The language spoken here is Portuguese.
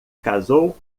casou